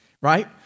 right